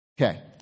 Okay